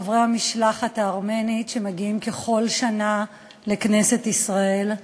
חברי המשלחת הארמנית שמגיעים ככל שנה לכנסת ישראל,